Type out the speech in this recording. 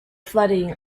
flooding